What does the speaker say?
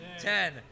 Ten